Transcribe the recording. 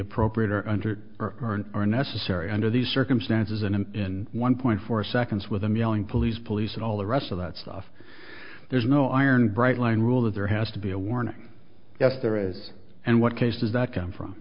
appropriate or under or necessary under these circumstances and in one point four seconds with them yelling police police and all the rest of that stuff there's no iron bright line rule that there has to be a warning yes there is and what case does that come from